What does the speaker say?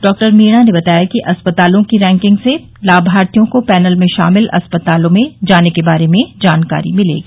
doctor Meena ने बताया कि अस्पतालों की रैकिंग से लाभार्थियों को पैनल में शामिल अस्पतालों में जाने के बारे में जानकारी मिलेगी